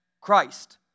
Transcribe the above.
Christ